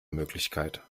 möglichkeit